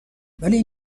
ولی